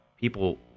people